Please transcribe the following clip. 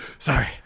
Sorry